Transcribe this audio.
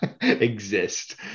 Exist